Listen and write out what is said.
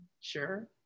sure